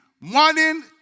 morning